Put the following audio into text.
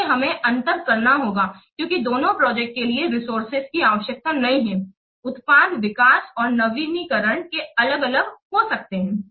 इसलिए हमें अंतर करना होगा क्योंकि दोनों प्रोजेक्ट के लिए रिसोर्सेज की आवश्यकता नई है उत्पाद विकास और नवीकरण वे अलग अलग होंगे